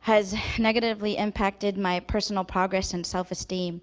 has negatively impacted my personal progress and self-esteem.